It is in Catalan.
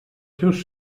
seus